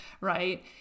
Right